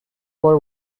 war